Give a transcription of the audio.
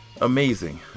Amazing